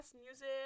music